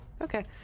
Okay